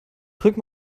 drück